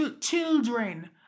children